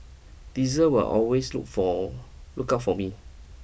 Diesel will always look for look out for me